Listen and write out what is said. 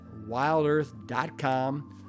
wildearth.com